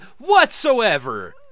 whatsoever